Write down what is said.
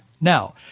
Now